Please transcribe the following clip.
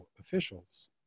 officials